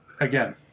again